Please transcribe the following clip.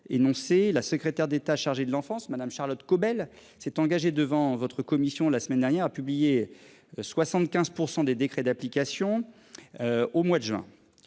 énoncé la secrétaire d'État chargé de l'enfance, madame Charlotte Caubel s'est engagé devant votre commission la semaine dernière a publié 75% des décrets d'application. Au mois de juin.